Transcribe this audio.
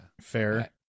fair